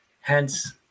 hence